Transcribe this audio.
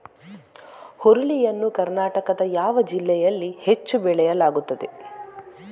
ಹುರುಳಿ ಯನ್ನು ಕರ್ನಾಟಕದ ಯಾವ ಜಿಲ್ಲೆಯಲ್ಲಿ ಹೆಚ್ಚು ಬೆಳೆಯಲಾಗುತ್ತದೆ?